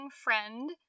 friend